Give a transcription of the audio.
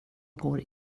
går